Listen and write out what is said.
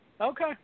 Okay